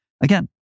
Again